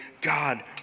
God